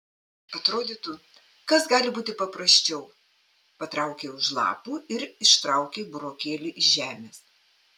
atrodytų kas gali būti paprasčiau patraukei už lapų ir ištraukei burokėlį iš žemės